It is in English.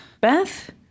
Beth